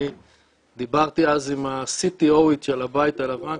אני דיברתי אז עם ה-CTO של הבית הלבן,